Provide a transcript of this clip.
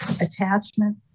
attachment